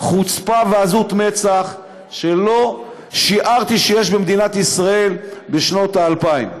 חוצפה ועזות מצח שלא שיערתי שיש במדינת ישראל בשנות האלפיים.